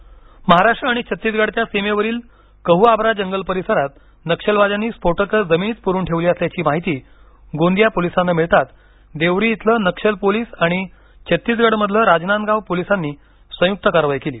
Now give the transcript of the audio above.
नक्षल महाराष्ट्र आणि छत्तीसगडच्या सीमेवरील कह्आभरा जंगल परिसरात नक्षलवाद्यांनी स्फोटक जमिनीत पुरून ठेवली असल्याची माहिती गोंदिया पोलिसांना मिळताच देवरी इथले नक्षल पोलीस आणि छत्तीसगड मधील राजनांदगाव पोलिसांनी संयुक्त कारवाई केली